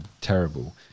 terrible